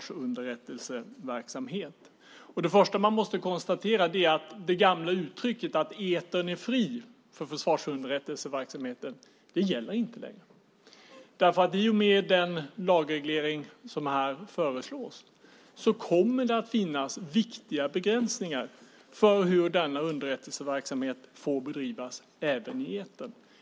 Det första man måste konstatera är att det gamla uttrycket att etern är fri för försvarsunderrättelseverksamhet inte längre gäller. I och med den lagreglering som nu föreslås kommer det att finnas viktiga begränsningar för hur denna underrättelseverksamhet får bedrivas även i etern.